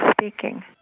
speaking